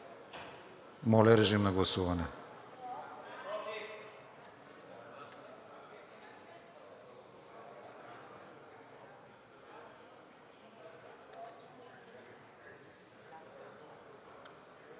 Моля, режим на гласуване.